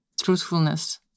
truthfulness